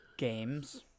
games